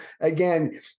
again